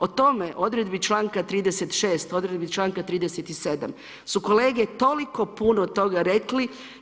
O tome, odredbi članka 36. odredbi članka 37. su kolege toliko puno toga rekli.